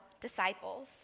disciples